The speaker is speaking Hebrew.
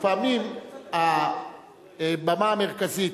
ופעמים הבמה המרכזית,